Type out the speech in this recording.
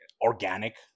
organic